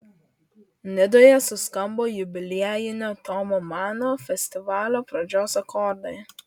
nidoje suskambo jubiliejinio tomo mano festivalio pradžios akordai